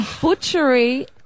butchery